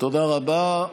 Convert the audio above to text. תודה רבה.